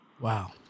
Wow